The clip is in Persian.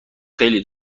خیلی